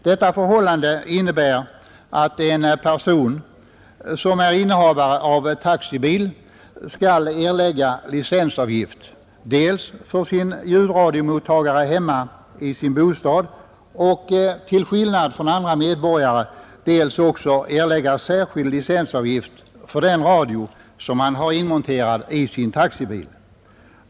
Detta förhållande innebär att en person som är innehavare av taxibil skall erlägga licensavgift dels för ljudradiomottagare hemma i sin bostad, dels — till skillnad från andra medborgare — för den radio som han har inmonterad i sin taxibil.